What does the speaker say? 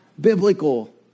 biblical